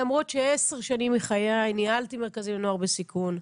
למרות שעשר שנים מחיי ניהלתי מרכזים לנוער בסיכון,